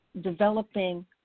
developing